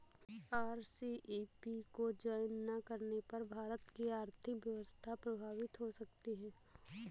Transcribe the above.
RCEP को join ना करने पर भारत की आर्थिक व्यवस्था प्रभावित हो सकती है